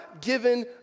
given